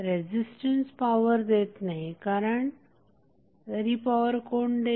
resistance power देत नाही तर ही पॉवर कोण देईल